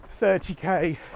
30K